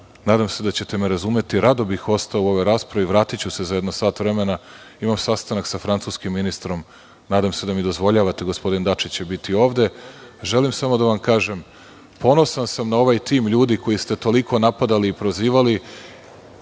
nadam se da ćete me razumeti, rado bih ostao u ovoj raspravi, vratiću se za jedno sat vremena, imam sastanak sa francuskim ministrom, nadam se da mi dozvoljavate, gospodin Dačić će biti ovde, želim samo da vam kažem, ponosan sam na ovaj tim ljudi koji ste toliko napadali i prozivali,